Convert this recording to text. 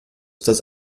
das